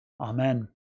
Amen